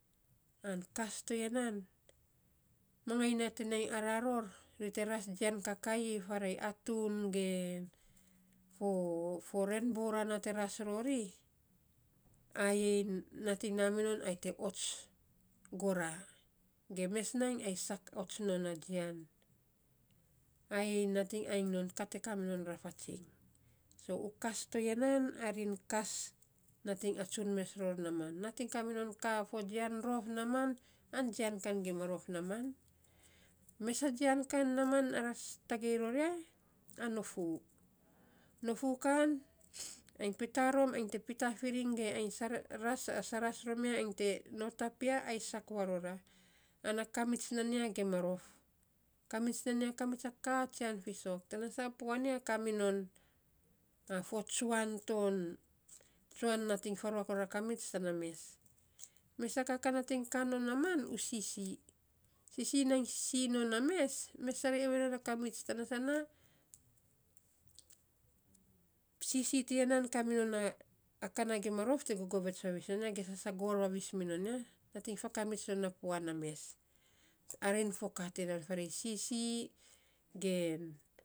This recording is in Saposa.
An kas to ya nan mangai nating nainy ara ror ri te nainy ras jian kakaii farei atun gen fo renbow rana te ras rori ai nating na minon ai te ots gura, ge mes nainy ai sak ots non a jian. Ai te nating ainy non ka te kaminon fatsing so ukas to ya nan arin kas nating atsun mes ror naman. Nating kaminon ka fo jian rof naman an jian kia ma rof naman. Mes a jian kan naman ara tagei ror ya, a novu. Novu kan ainy pita rom ainy te pita firiny ge saras rom ya ainy te notap ya, ai sak va rora. na kamits kiama rof. Kamits nan ya kamits a katsian fisok. tana sa puan ya kaminom fo tsuan ton, tsuan nating faruak non a kamits, tana mes. Mes a ka kan nating ka non naman, u sisii. Nainy sisii sii non a mes, mes sarei ovei non a kamits, tana sana sisii ti ya kaminom a ka na kia ma ror te govets non ya ge sasagor minon ya. Nating famits non a puan na mes arin fo ka ti ya nan farei sisii gen.